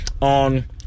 on